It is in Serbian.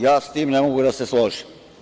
Ja sa tim ne mogu da se složim.